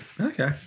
okay